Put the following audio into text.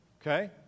okay